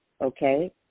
Okay